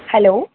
hello